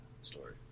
story